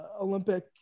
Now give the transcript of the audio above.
Olympic